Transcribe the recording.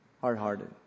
hard-hearted